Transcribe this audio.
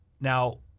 Now